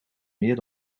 meer